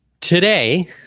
today